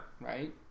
Right